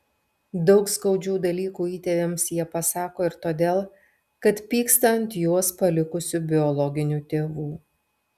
daug skaudžių dalykų įtėviams jie pasako ir todėl kad pyksta ant juos palikusių biologinių tėvų